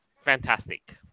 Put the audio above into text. Fantastic